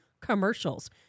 commercials